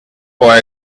were